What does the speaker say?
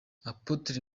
apotre